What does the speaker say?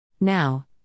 Now